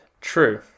True